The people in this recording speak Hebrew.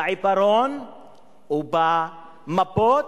בעיפרון ובמפות,